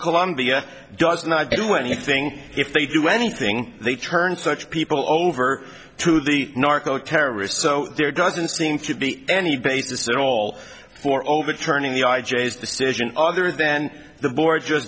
colombia does not do anything if they do anything they turn such people over to the narco terrorists so there doesn't seem to be any basis at all for overturning the i j a as decision other then the board just